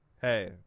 hey